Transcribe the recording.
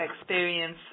experience